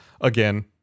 Again